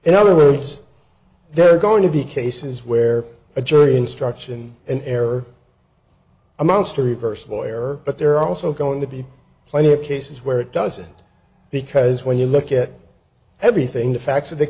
in other words they're going to be cases where a jury instruction and error a monster reversible error but there are also going to be plenty of cases where it doesn't because when you look at everything the facts of the